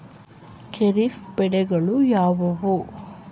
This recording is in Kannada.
ಖಾರಿಫ್ ಬೆಳೆಗಳು ಯಾವುವು?